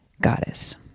goddess